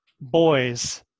boys